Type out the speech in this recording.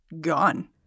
gone